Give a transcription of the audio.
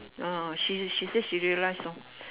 ah she she say she realize orh